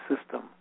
system